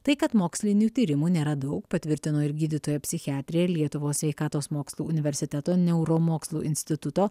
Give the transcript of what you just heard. tai kad mokslinių tyrimų nėra daug patvirtino ir gydytoja psichiatrė lietuvos sveikatos mokslų universiteto neuromokslų instituto